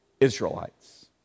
Israelites